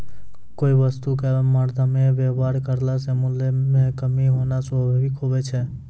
कोय वस्तु क मरदमे वेवहार करला से मूल्य म कमी होना स्वाभाविक हुवै छै